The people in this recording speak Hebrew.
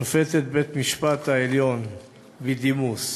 שופטת בית-המשפט העליון בדימוס,